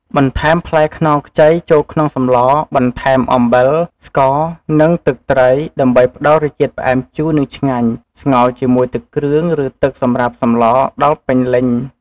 បន្ថែមផ្លែខ្នុរខ្ចីចូលក្នុងសម្ល បន្ថែមអំបិល ស្ករ និងទឹកត្រី ដើម្បីផ្តល់រសជាតិផ្អែមជូរ និងឆ្ងាញ់ ស្ងោរជាមួយទឹកគ្រឿង ឬទឹកសម្រាប់សម្លរដល់ពេញ លេញ។